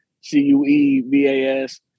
C-U-E-V-A-S